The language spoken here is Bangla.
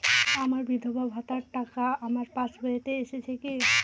আমার বিধবা ভাতার টাকাটা আমার পাসবইতে এসেছে কি?